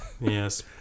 Yes